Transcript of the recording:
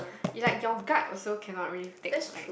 it's like your gut also cannot really take like